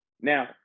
Now